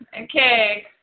Okay